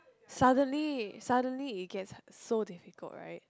suddenly suddenly it gets so difficult right